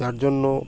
যার জন্য